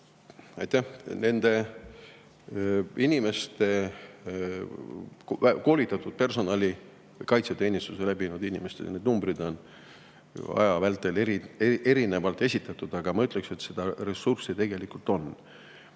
Aitäh! Nende inimeste, koolitatud personali, kaitseteenistuse läbinud inimeste numbreid on aja vältel erinevalt esitatud, aga ma ütleksin, et ressurssi tegelikult on.